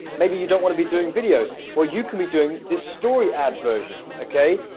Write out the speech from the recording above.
maybe you don't want to be doing videos well, you can be doing this story ad version okay,